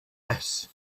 this